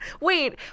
Wait